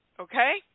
Okay